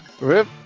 Rip